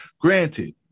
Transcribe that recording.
Granted